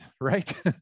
right